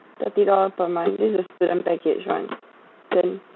thirty dollars per month this is student package [one] then